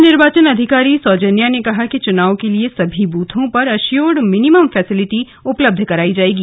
मुख्य निर्वाचन अधिकारी सौजन्या ने कहा कि चुनाव के लिए सभी बूथों पर एश्योर्ड मिनिमम फैसेलिटी उपलब्ध कराई जायेगी